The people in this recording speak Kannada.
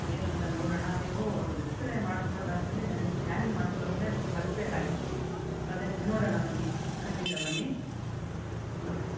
ಏನು ಅಂತ ನೋಡೋಣ ನೀವು ಎಕ್ಸ್ರೇ ಮಾಡ್ಕೊಂಡು ಆದಮೇಲೆ ನನಗೆ ಸ್ಕ್ಯಾನಿಂಗ್ ಮಾಡ್ಸ್ಕೊಂಡು ಮೇಲೆ ಕಳಿಸ್ಬೇಕಾಯ್ತು ಅದೇ ನೋಡೋಣ ಬನ್ನಿ ಖಂಡಿತ ಬನ್ನಿ ನೋಡೋಣ